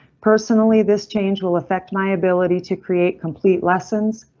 personally, this change will affect my ability to create complete lessons.